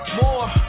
more